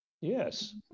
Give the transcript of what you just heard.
Yes